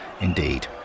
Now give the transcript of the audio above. indeed